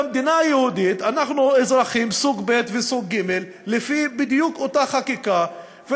במדינה היהודית אנחנו אזרחים סוג ב' וסוג ג' לפי אותה חקיקה בדיוק,